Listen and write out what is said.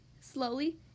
slowly